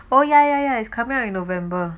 oh ya ya ya is coming out in november